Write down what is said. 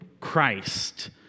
Christ